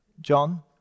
John